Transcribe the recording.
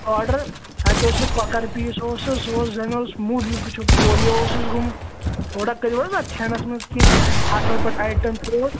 order تَتہِ اوس سُہ کۄکر پیٖس اوسُس سُہ اوس زَن اوس موٗدمُت پولیو اوسُس گوٚمُت تھوڑا کٔرِو حظ اتھ کھٮ۪نَس مَنٛز کیٚنٛہہ اَصٕل پٲٹھۍ آیٹِم کٔرِو حظ